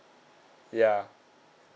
ya